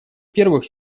первых